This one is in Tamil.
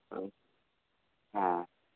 ஆ ஆ